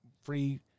free